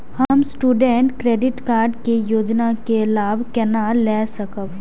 हम student credit card के योजना के लाभ केना लय सकब?